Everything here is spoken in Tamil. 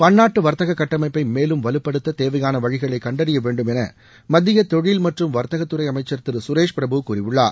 பள்ளாட்டு வர்த்தக கட்டமைப்பை மேலும் வலுப்படுத்த தேவையான வழிகளை கண்டறிய வேண்டும் என மத்திய தொழில் மற்றும் வர்த்தகத்துறை அமைச்சர் திரு சுரேஷ் பிரபு கூறியுள்ளார்